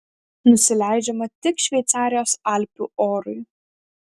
nusileidžiama tik šveicarijos alpių orui